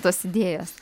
tos idėjos